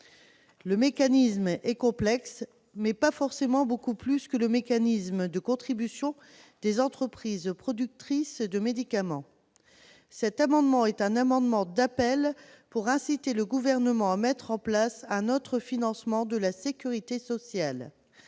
Ce dispositif est complexe, mais pas forcément beaucoup plus que le mécanisme de contribution des entreprises productrices de médicaments. Au travers de cet amendement d'appel, nous entendons inciter le Gouvernement à mettre en place un autre financement de la sécurité sociale,